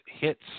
Hits